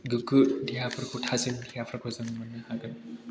गोग्गो देहाफोरखौ थाजिम जों मोननो हागोन